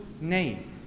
name